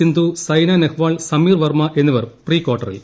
സിന്ധു സൈന നെഹ്വാൾ സമീർ വർമ്മ എന്നിവർ പ്രീ കാർട്ടറിൽ